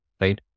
right